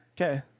Okay